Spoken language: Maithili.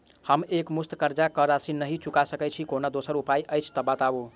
हम एकमुस्त कर्जा कऽ राशि नहि चुका सकय छी, कोनो दोसर उपाय अछि तऽ बताबु?